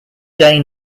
day